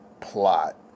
plot